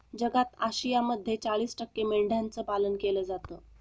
जगात आशियामध्ये चाळीस टक्के मेंढ्यांचं पालन केलं जातं